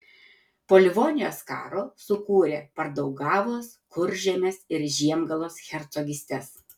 po livonijos karo sukūrė pardaugavos kuržemės ir žiemgalos hercogystes